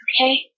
okay